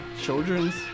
children's